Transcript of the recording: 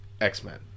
X-Men